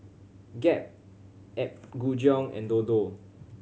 Gap Apgujeong and Dodo